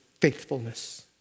faithfulness